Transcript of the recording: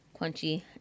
crunchy